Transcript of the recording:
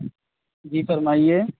جی فرمائیے